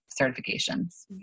certifications